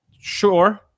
sure